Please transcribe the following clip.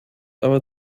aber